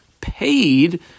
paid